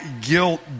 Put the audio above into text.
guilt